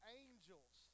angels